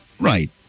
Right